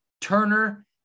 Turner